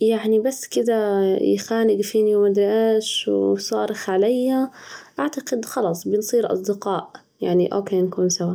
يعني بس كده يخانق فيني، وما أدري إيش، وصارخ علي، أعتقد خلاص بنصير أصدقاء، يعني أوكيه نكون سوا.